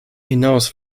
hinaus